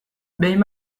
behin